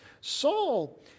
Saul